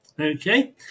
Okay